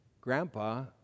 Grandpa